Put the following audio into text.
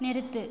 நிறுத்து